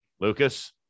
Lucas